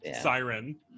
siren